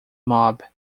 mob